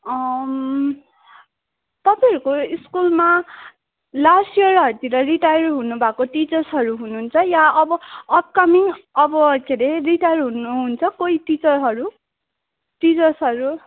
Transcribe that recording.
तपाईँहरूको स्कुलमा लास्ट इयरहरूतिर रिटायर हुनुभएको टिचर्सहरू हुनुहुन्छ या अब अपकमिङ अब के अरे रिटायर हुनुहुन्छ कोही टिचरहरू टिचर्सहरू